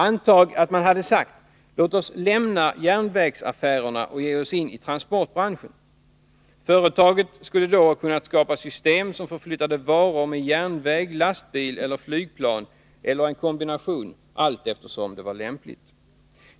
Anta att man hade sagt: ”Låt oss lämna järnvägsaffärerna och ge oss in i transportbranschen.” Företaget skulle då ha kunnat skapa system som förflyttade varor med järnväg, lastbil eller flygplan eller en kombination allteftersom det var lämpligt.